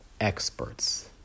experts